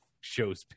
shows